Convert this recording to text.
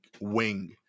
wing